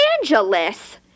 Angeles